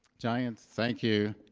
jayanth, thank you.